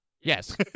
yes